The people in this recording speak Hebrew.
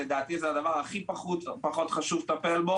לדעתי זה הדבר הכי פחות חשוב לטפל בו.